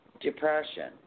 depression